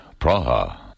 Praha